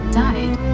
died